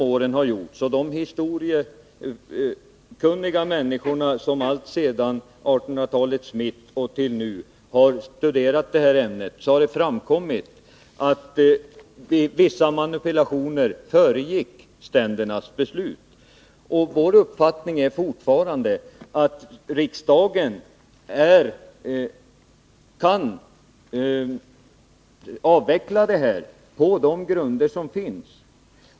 De utredningar som gjorts under årens lopp och de kunniga människor som alltsedan 1800-talets mitt och till nu studerat ämnet har funnit att vissa manipulationer föregick ständernas beslut. Vår uppfattning är fortfarande att riksdagen kan avveckla dessa medel på de grunder som finns.